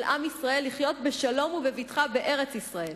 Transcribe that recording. עם ישראל לחיות בשלום ובבטחה בארץ-ישראל,